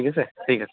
ঠিক আছে ঠিক আছে